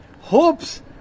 hopes